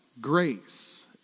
grace